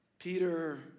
Peter